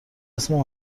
اسم